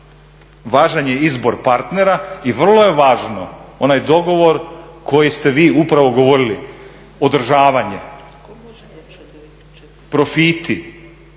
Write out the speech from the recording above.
važan je izbor partnera i vrlo je važan onaj dogovor koji ste upravo govorili, održavanje, profiti,